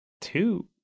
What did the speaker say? two